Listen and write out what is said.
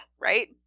right